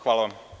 Hvala.